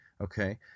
Okay